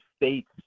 states